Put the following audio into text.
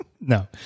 No